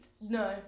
No